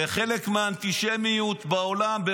ובוודאי שהוא תורם לחלק מהאנטישמיות בעולם.